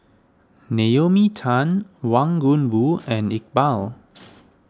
Naomi Tan Wang Gungwu and Iqbal